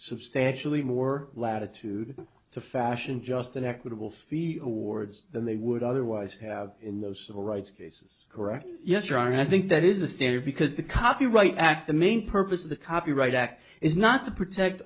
substantially more latitude to fashion just an equitable fee awards than they would otherwise have in those civil rights cases correct yes your honor i think that is a standard because the copyright act the main purpose of the copyright act is not to protect